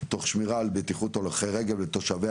תוך שמירה על בטיחות הולכי רגע ותושבי